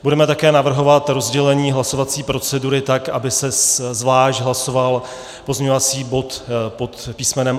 Budeme také navrhovat rozdělení hlasovací procedury tak, aby se zvlášť hlasoval pozměňovací bod pod písm.